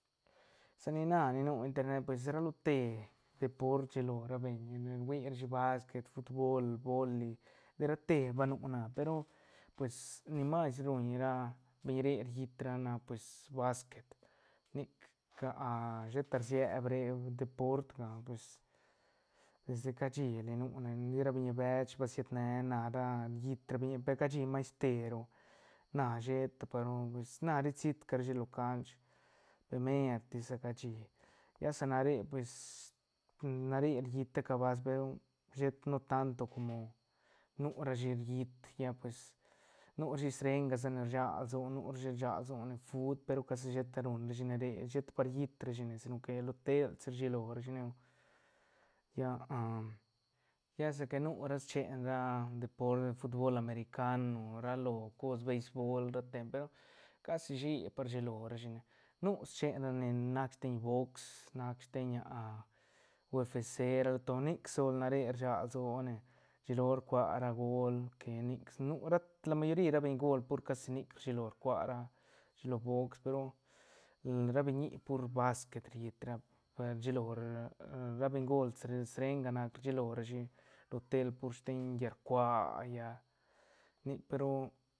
sa ni na ni nu internet pues ra lo te deport rshilo ra beñ rui rashi basquet butbol boli de ra te ba nu na pe ru pues ni mas ru ruñ ra beñ re riit ra nac pues basquet nic shet rsieb re deport ga pues desde cashili nu ne nic ra biñi bech ba siet ne na riit ra biñi per cashi mas teru na sheta pa ru pues na ri siit ca rashi lo canch per mertis sa cashi lla sa na re pues na re riit ta ca basquet pe ru sheta no tanto como nu rashi riit ya pues nu rashi srenga gasa ne rsag lsone nu rashi rsag lsone fut pe ru cashi sheta ruñ rashine re sheta pa riit rashine si no que lo tel si rshilo rashine lla lla sa ca nu ra schen ra deport futbol americano ra lo cos beisbol ra te pe ru casi huishipa rshilorashi ne nu schen ra ne nac steiñ boxs nac sten ufc nic sol na re rsag lsoa ne rshilo rcua ra göl porque nic nu rat la mayori ra bengol pur casi nic rchilo rcua ra shi lo box pe ru ra biñi pur basquet riit ra rshilo ra ra bengol srenga nac rshilo rashi lo tel pur steiñ llal rcua lla nic pe ru